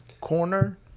Corner